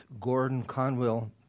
Gordon-Conwell